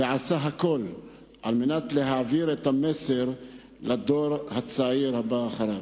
ועשה הכול על מנת להעביר את המסר לדור הצעיר הבא אחריו.